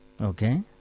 Okay